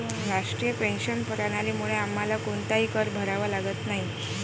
राष्ट्रीय पेन्शन प्रणालीमुळे आम्हाला कोणताही कर भरावा लागत नाही